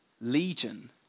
Legion